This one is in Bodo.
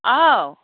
औ